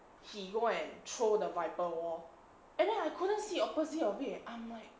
he go and throw the viper wall and then I couldn't see opposite of it I'm like